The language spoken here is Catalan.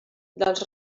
dels